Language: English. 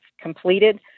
completed